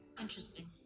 Interesting